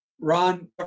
Ron